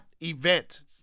event